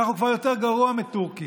אנחנו כבר יותר גרוע מטורקיה.